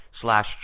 slash